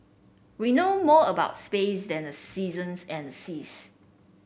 we know more about space than the seasons and seas